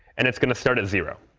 and it's going to start at zero.